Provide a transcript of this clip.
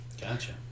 Gotcha